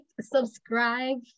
subscribe